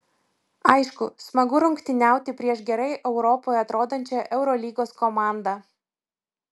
aišku smagu rungtyniauti prieš gerai europoje atrodančią eurolygos komandą